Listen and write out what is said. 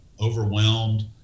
overwhelmed